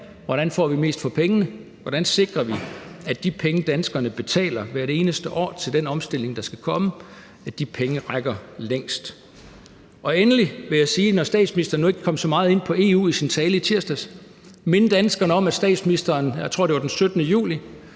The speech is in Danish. hvordan vi får mest for pengene, hvordan vi sikrer, at de penge, danskerne betaler hvert eneste år til den omstilling, der skal komme, rækker længst. Endelig vil jeg, når nu statsministeren ikke kom så meget ind på EU i sin tale i tirsdags, minde danskerne om, at statsministeren, jeg tror, det var den 17. juli